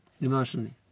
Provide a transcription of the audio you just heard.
emotionally